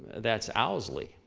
that's owsley.